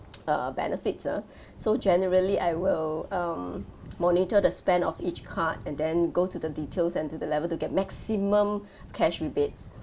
uh benefits ah so generally I will um monitor the spend of each card and then go to the details and to the level to get maximum cash rebates